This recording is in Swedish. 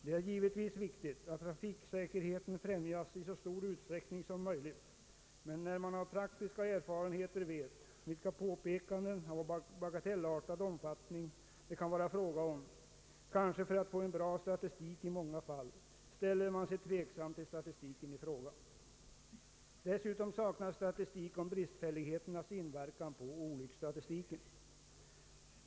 Det är givetvis viktigt att trafiksäkerheten främjas i så stor utsträckning som möjligt, men när man av praktiska erfarenheter vet vilka påpekanden av bagatellartat slag det kan vara fråga om — i många fall kanske för att få en bra statistik — ställer man sig tveksam till statistiken i fråga. Dessutom saknas statistik om bristfälligheternas inverkan på olycksstatistiken.